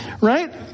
right